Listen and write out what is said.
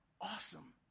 Awesome